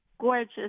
gorgeous